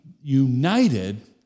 united